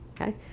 Okay